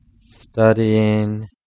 studying